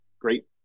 great